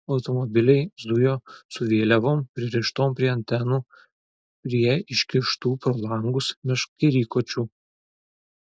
automobiliai zujo su vėliavom pririštom prie antenų prie iškištų pro langus meškerykočių